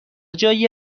جایی